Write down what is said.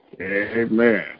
amen